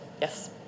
Yes